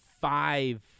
five